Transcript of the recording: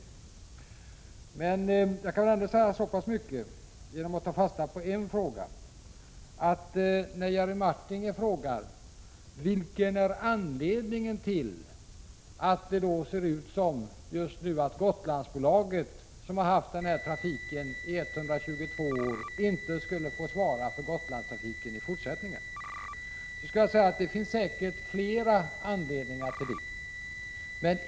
Om jag tar fasta på Jerry Martingers fråga om vilken anledningen är till att Gotlandsbolaget, som har haft Gotlandstrafiken i 122 år, som det ser ut just nu inte skulle få svara för den trafiken i fortsättningen, kan jag säga att det säkert finns flera anledningar till det.